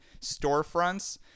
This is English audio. storefronts